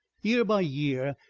year by year,